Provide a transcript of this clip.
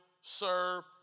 serve